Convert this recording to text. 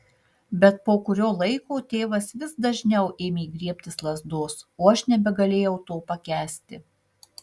bet po kurio laiko tėvas vis dažniau ėmė griebtis lazdos o aš nebegalėjau to pakęsti